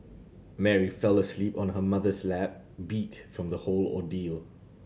Mary fell asleep on her mother's lap beat from the whole ordeal